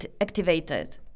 activated